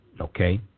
okay